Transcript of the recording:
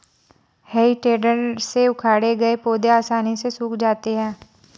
हेइ टेडर से उखाड़े गए पौधे आसानी से सूख जाते हैं